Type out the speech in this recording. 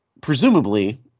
presumably